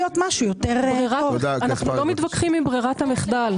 משהו יותר --- אנחנו לא מתווכחים עם ברירת המחדל.